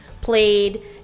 played